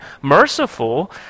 merciful